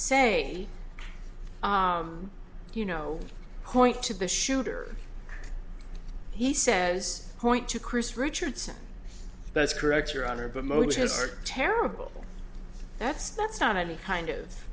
say you know point to the shooter he says point to chris richardson that's correct your honor but motives are terrible that's that's not any kind of